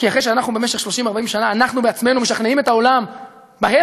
כי אחרי שבמשך 30 40 שנה אנחנו בעצמנו משכנעים את העולם בהפך,